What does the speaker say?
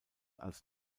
als